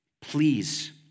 please